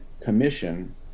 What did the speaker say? commission